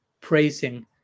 praising